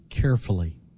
carefully